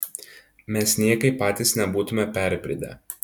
mes niekaip patys nebūtume perbridę